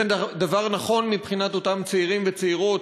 זה נכון מבחינת אותם צעירים וצעירות,